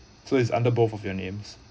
so is under both of their names